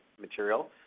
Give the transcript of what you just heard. material